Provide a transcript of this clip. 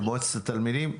של מועצת התלמידים.